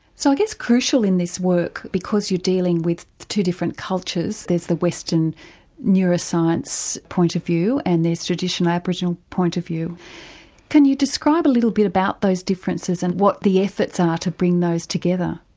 so i guess crucial in this work, because you're dealing with two different cultures, there's the western neuroscience point of view and there's the traditional aboriginal point of view can you describe a little bit about those differences and what the efforts are to bring those together.